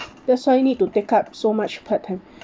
that's why need to take up so much part time